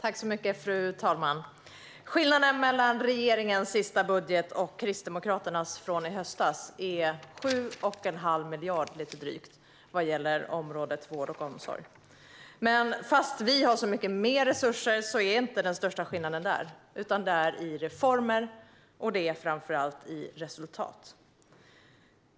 Fru talman! Skillnaden mellan regeringens sista budget och Kristdemokraternas från i höstas är lite drygt 7 1⁄2 miljard på området vård och omsorg. Trots att vi har så mycket mer resurser ligger dock inte den största skillnaden där, utan den ligger i reformer och framför allt i resultat.